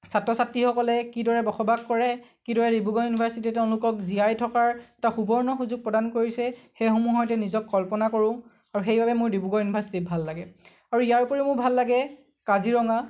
ছাত্ৰ ছাত্ৰীসকলে কিদৰে বসবাস কৰে কিদৰে ডিব্ৰুগড় ইউনিভাৰ্ছিটিত তেওঁলোকক জীয়াই থকাৰ এটা সুবৰ্ণ সুযোগ প্ৰদান কৰিছে সেইসমূহৰ সৈতে নিজক কল্পনা কৰোঁ আৰু সেইবাবে মোৰ ডিব্ৰুগড় ইউনিভাৰ্ছিটি ভাল লাগে আৰু ইয়াৰ উপৰিও মোৰ ভাল লাগে কাজিৰঙা